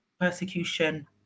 persecution